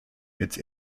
its